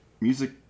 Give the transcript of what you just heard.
Music